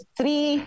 three